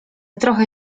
trochę